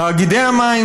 תאגידי המים,